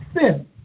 sin